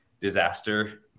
disaster